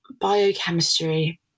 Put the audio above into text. biochemistry